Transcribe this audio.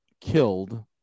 killed